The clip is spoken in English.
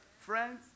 Friends